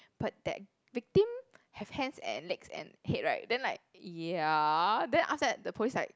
but that victim have hands and legs and head right then like ya then after that the police like